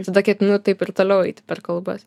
tada ketinu taip ir toliau eiti per kalbas